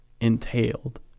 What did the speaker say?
entailed